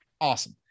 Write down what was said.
Awesome